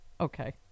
Okay